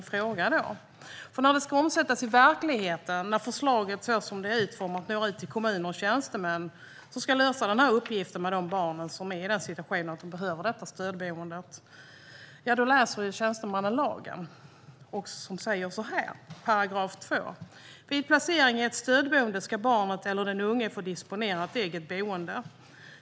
När förslaget, så som det är utformat, ska omsättas i verkligheten och det når ut till kommuner och tjänstemän, som ska lösa uppgiften med de barn som är i den situationen att de behöver ett stödboende, läser tjänstemännen lagen. I § 2 i lagen står att "vid placering i ett stödboende ska barnet eller den unge . få disponera ett eget boende".